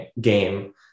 game